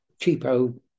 cheapo